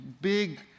big